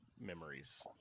Memories